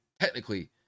technically